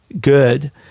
good